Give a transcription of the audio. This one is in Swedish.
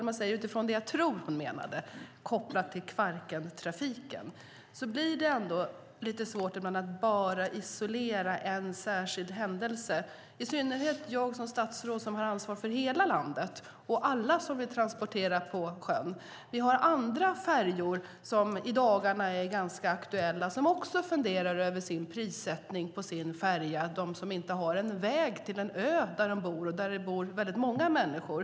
Men utifrån vad jag tror att hon menade, kopplat till Kvarkentrafiken, ska jag säga att det blir lite svårt att bara isolera en särskild händelse, i synnerhet för mig som statsråd som ju har ansvar för hela landet och alla som vill transportera på sjön. Vi har andra färjor som i dagarna är aktuella och vars ägare funderar över prissättningen på sin färja som kanske inte kan stanna på en ö där det bor väldigt många människor.